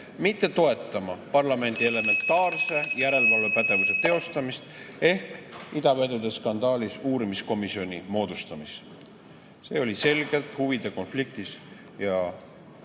mitte toetama parlamendi elementaarse järelevalve teostamist ehk idavedude skandaalis uurimiskomisjoni moodustamist. See oli selgelt huvide konflikt ja